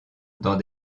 dans